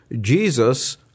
Jesus